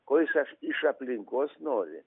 ko iš aš iš aplinkos nori